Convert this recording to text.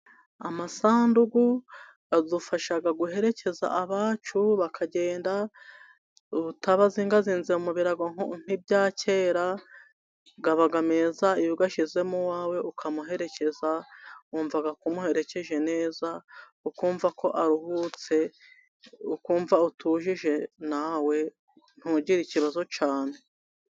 Amasandugu adufasha guherekeza abacu bakagenda ubutabazingazinze mu birago ntibya kera gabangagamiza ugashyizemo uwawe ukamuherekeza wumvaga kumuherekeje neza ukumva ko aruhutse ukumva utuhi nawe ntugire ikibazo cyane.